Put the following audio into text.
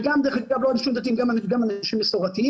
וגם דרך אגב אנשים מסורתיים,